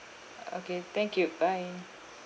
okay thank you bye